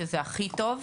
שזה הכי טוב,